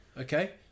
okay